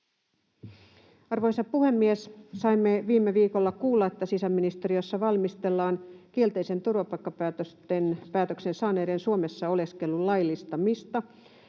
Arvoisa puhemies! Saimme viime viikolla kuulla, että sisäministeriössä valmistellaan kielteisen turvapaikkapäätöksen saaneiden Suomessa oleskelun laillistamista